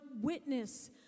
witness